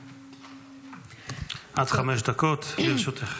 עד חמש דקות לרשותך.